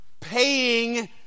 paying